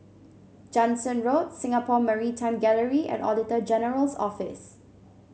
Jansen Road Singapore Maritime Gallery and Auditor General's Office